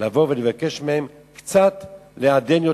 לבוא ולבקש מהם קצת יותר לעדן,